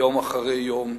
יום אחרי יום,